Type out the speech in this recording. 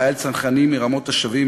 חייל צנחנים מרמות-השבים,